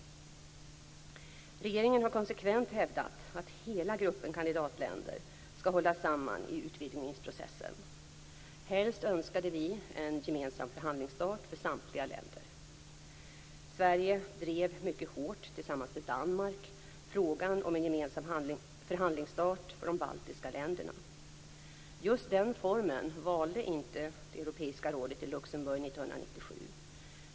Regeringen har konsekvent hävdat att hela gruppen kandidatländer skall hållas samman i utvidgningsprocessen. Helst önskade vi en gemensam förhandlingsstart för samtliga länder. Sverige drev mycket hårt tillsammans med Danmark frågan om en gemensam förhandlingsstart för de baltiska länderna. Just den formen valde inte Europeiska rådet i Luxemburg 1997.